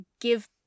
give